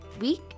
week